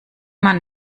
man